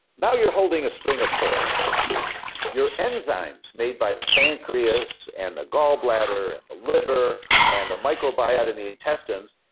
now, you're holding a string of pearls your enzymes made by the pancreas and the gallbladder, and the liver, and the microbiota in the intestines,